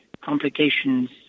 complications